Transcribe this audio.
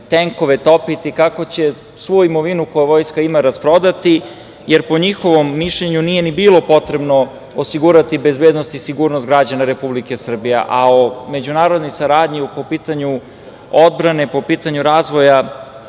tenkove topiti, kako će svu imovinu koju vojska ima rasprodati, jer po njihovom mišljenju nije ni bilo potrebno osigurati bezbednost36/2 MJ/MTi sigurnost građana Republike Srbije, a o međunarodnoj saradnji po pitanju odbrane, po pitanju razvoja